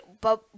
but-